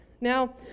Now